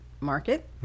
market